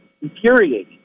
infuriating